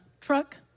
truck